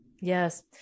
Yes